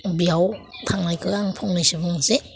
बेयाव थांनायखौ आं फंनैसो बुंनोसै